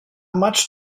much